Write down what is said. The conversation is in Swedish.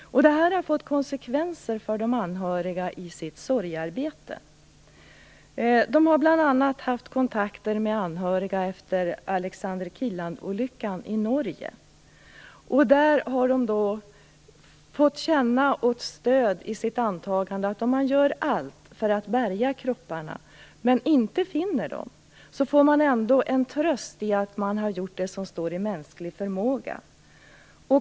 Det här har fått konsekvenser för de anhörigas sorgearbete. De har bl.a. haft kontakter med anhöriga till offer för Alexander Kielland-olyckan i Norge. De har på det sättet fått stöd för sitt antagande att om man gör allt för att bärga kropparna men inte finner dem kan man ändå känna en tröst i att man har gjort det som står i mänsklig förmåga.